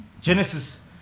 Genesis